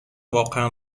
واقعا